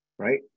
Right